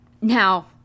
Now